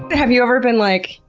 but have you ever been like,